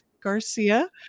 Garcia